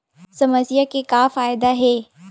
समस्या के का फ़ायदा हे?